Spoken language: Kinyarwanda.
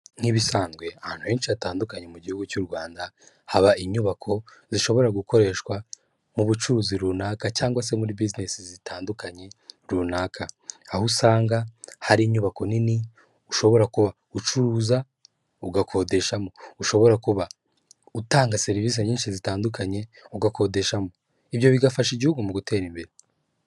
Nk'ibisanzwe, ahantu henshi hatandukanye mu gihugu cy'u Rwanda haba inyubako zishobora gukoreshwa mu bucuruzi runaka cyangwa se muri business zitandukanye runaka, aho usanga hari inyubako nini ushobora kuba ucuruza ugakodeshamo, ushobora kuba utanga serivisi nyinshi zitandukanye ugakodeshamo, ibyo bigafasha igihugu mu gutera imbere.